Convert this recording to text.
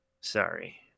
Sorry